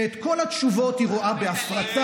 שאת כל התשובות היא רואה בהפרטה,